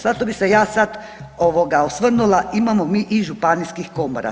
Zato bi se ja sada osvrnula, imamo mi i županijskih komora.